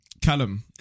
Callum